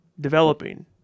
developing